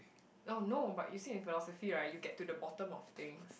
oh no but you see in philosophy right you get to the bottom of things